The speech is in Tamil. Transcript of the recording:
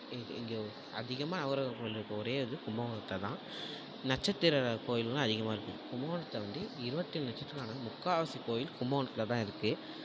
இ இங்கே அதிகமாக நவக்கிரக கோயில் இருக்கிற ஒரே இது கும்பகோணத்தில் தான் நட்சத்திர கோயில்களும் அதிகமாக இருக்கும் கும்பகோணத்தில் வந்து இருபத்தேழு நட்சத்திரம் முக்கால்வாசி கோயில் கும்பகோணத்தில் தான் இருக்கு